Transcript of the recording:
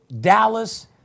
Dallas